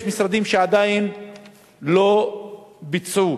יש משרדים שעדיין לא ביצעו